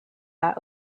that